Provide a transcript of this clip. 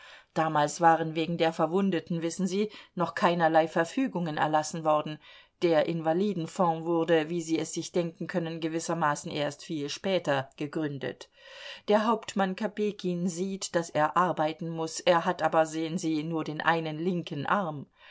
damals waren wegen der verwundeten wissen sie noch keinerlei verfügungen erlassen worden der invalidenfond wurde wie sie es sich denken können gewissermaßen erst viel später gegründet der hauptmann kopejkin sieht daß er arbeiten muß er hat aber sehen sie nur den einen linken arm